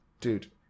Dude